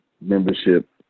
membership